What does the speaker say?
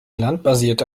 landbasierte